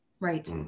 Right